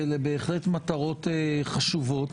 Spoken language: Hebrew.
ואלה בהחלט מטרות חשובות